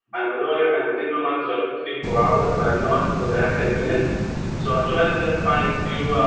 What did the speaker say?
i'm a lawyer and i'm a diplomat so i could speak for hours but i'm not because i have ten minutes so i'll try to just find a few.